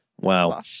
Wow